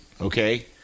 okay